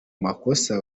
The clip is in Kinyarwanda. makosa